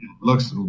looks